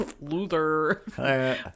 Luther